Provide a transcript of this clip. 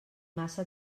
massa